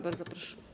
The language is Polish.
Bardzo proszę.